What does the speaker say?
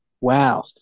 wow